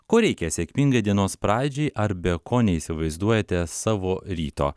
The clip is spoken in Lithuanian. ko reikia sėkmingai dienos pradžiai ar be ko neįsivaizduojate savo ryto